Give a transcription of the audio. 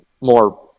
more